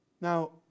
Now